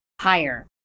higher